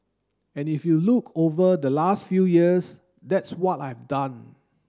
and if you look over the last few years that's what I've done